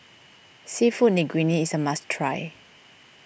Seafood Linguine is a must try